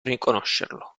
riconoscerlo